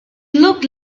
looked